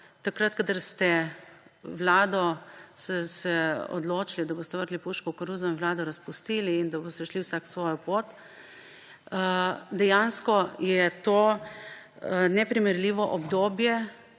takrat, ko ste se odločili, da boste vrgli puško v koruzo in vlado razpustili in boste šli vsako svojo pot. Dejansko je to neprimerljivo obdobje,